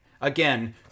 Again